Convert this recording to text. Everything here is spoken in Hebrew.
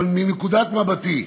אבל מנקודת מבטי,